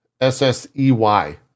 S-S-E-Y